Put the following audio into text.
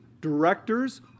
directors